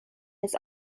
his